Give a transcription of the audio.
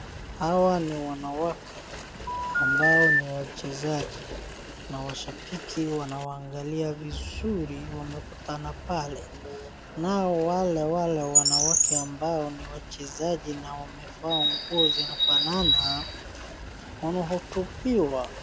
Hawa ni wanawake ambao ni wachezaji na washabiki wanawaangalia vizuri wamekutana pale nao wale wale wanawake ambao ni wachezaji na wamevaa nguo zinafanana wanahotubiwa.